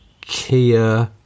Kia